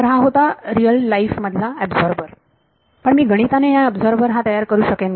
तर हा होता रियल लाईफ मधला एबझोर्बर पण मी गणिताने हा एबझोर्बर तयार करू शकेन का